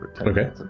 Okay